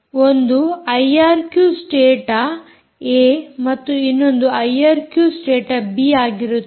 ಒಂದು IRQ state A ಮತ್ತು ಇನ್ನೊಂದು ಐಆರ್ಕ್ಯೂ ಸ್ಟೇಟ ಬಿ ಆಗಿರುತ್ತದೆ